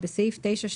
(1) בסעיף 9(2)(ב),